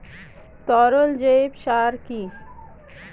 তরল জৈব সার কি?